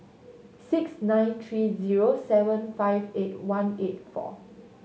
six nine three zero seven five eight one eight four